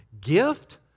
gift